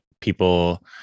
people